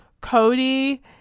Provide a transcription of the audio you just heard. Cody